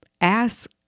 ask